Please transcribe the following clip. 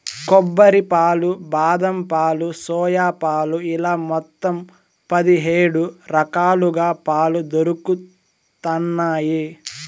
కొబ్బరి పాలు, బాదం పాలు, సోయా పాలు ఇలా మొత్తం పది హేడు రకాలుగా పాలు దొరుకుతన్నాయి